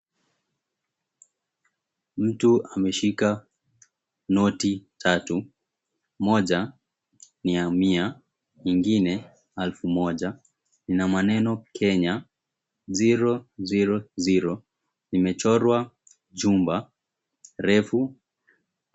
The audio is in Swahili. Mtu ameshika noti tatu. Moja ni ya mia, nyingine elfu moja, ina maneno 'Kenya 000'. Limechorwa jumba refu.